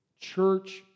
church